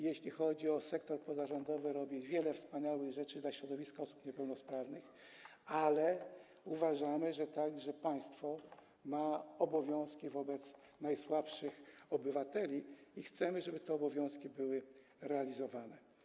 Jeśli chodzi o sektor pozarządowy, to robi on wiele wspaniałych rzeczy dla środowiska osób niepełnosprawnych, ale uważamy, że także państwo ma obowiązki wobec najsłabszych obywateli, i chcemy, żeby te obowiązki były realizowane.